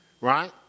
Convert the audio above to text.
Right